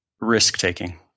Risk-taking